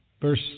Verse